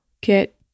get